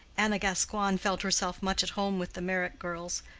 anna gascoigne felt herself much at home with the meyrick girls,